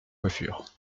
coiffure